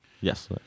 Yes